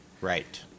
Right